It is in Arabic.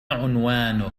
عنوانك